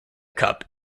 cup